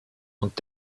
und